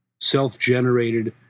self-generated